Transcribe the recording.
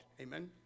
Amen